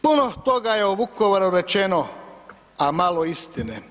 Puno toga je o Vukovaru rečeno, a malo istine.